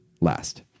Last